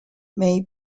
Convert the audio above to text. gaulish